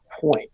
point